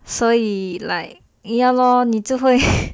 所以 like ya lor 你就会